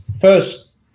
First